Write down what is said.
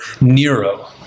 Nero